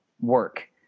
work